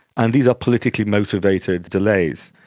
and these are politically motivated delays.